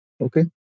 Okay